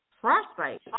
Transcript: frostbite